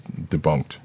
debunked